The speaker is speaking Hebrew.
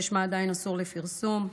ששמה עדיין אסור לפרסום,